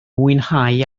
mwynhau